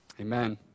Amen